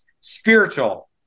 spiritual